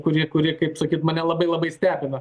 kuri kuri kaip sakyt mane labai labai stebina